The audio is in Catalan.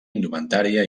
indumentària